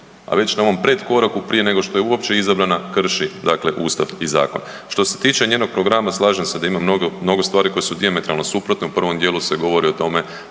a već na ovom predkoraku prije nego što je uopće izabrana, krši dakle Ustav i zakon. Što se tiče njenog programa slažem se da ima mnogo stvari koje su dijametralno suprotne, u prvom djelu se govori o tome